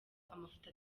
amafoto